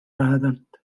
lähedalt